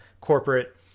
corporate